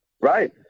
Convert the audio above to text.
Right